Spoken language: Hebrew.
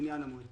לעניין המועד